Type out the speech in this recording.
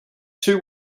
two